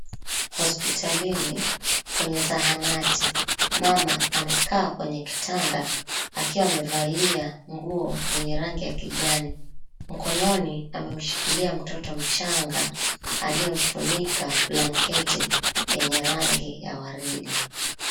Hospitalini kwenye zahanati mama amekaa kwenye kitanda akiwa amevalia nguo yenye rangi ya kijani. Mkononi amemshikilia mtoto mchanga aliyemfunika blanketi yenye rangi ya waridi.